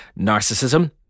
narcissism